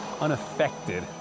unaffected